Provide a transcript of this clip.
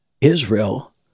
Israel